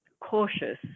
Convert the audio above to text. cautious